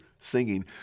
singing